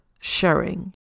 sharing